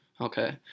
Okay